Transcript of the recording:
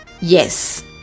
Yes